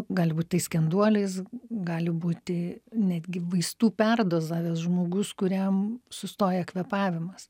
gali būt tai skenduolis gali būti netgi vaistų perdozavęs žmogus kuriam sustoja kvėpavimas